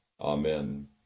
amen